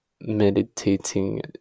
meditating